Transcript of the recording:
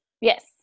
Yes